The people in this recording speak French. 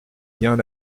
bien